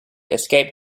escaped